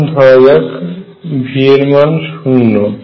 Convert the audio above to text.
এখন ধরা যাক V এর মান শূন্য